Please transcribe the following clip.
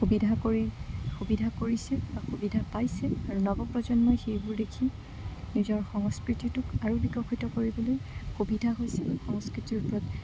সুবিধা কৰি সুবিধা কৰিছে বা সুবিধা পাইছে আৰু নৱপ্ৰজন্মই সেইবোৰ দেখি নিজৰ সংস্কৃতিটোক আৰু বিকশিত কৰিবলৈ সুবিধা হৈছিল সংস্কৃতিৰ ওপৰত